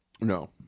No